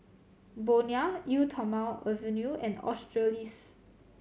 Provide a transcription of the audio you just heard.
Bonia Eau Thermale Avene and Australis